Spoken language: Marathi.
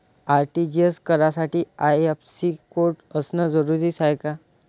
आर.टी.जी.एस करासाठी आय.एफ.एस.सी कोड असनं जरुरीच हाय का?